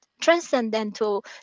transcendental